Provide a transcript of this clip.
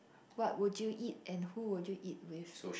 what would you eat and who would you eat with